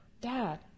Dad